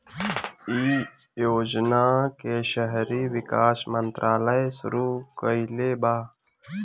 इ योजना के शहरी विकास मंत्रालय शुरू कईले बा